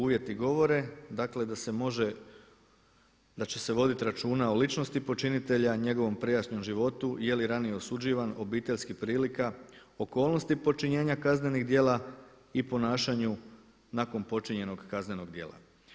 Uvjeti govore, dakle da se može, da će se voditi računa o ličnosti počinitelja, njegovom prijašnjem životu, je li ranije osuđivan, obiteljskih prilika, okolnosti počinjenja kaznenih djela i ponašanju nakon počinjenog kaznenog djela.